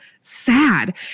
sad